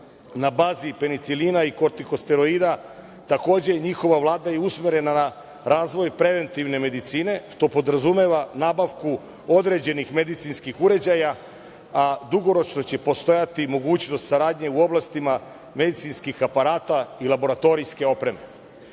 na bazi penicilina i kortikosteroida. Takođe, i njihova Vlada je usmerena na razvoj preventivne medicine, što podrazumeva nabavku određenih medicinskih uređaja. Dugoročno će postojati mogućnost saradnje u oblastima medicinskih aparata i laboratorijske opreme. Još